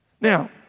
Now